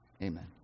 Amen